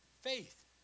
Faith